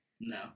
No